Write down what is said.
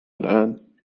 الآن